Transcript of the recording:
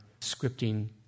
scripting